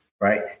right